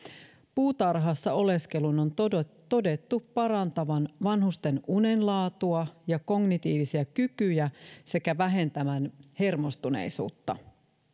puutarhassa oleskelun on todettu todettu parantavan vanhusten unen laatua ja kognitiivisia kykyjä sekä vähentävän hermostuneisuutta